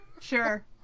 sure